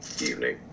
evening